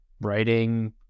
writing